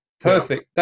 Perfect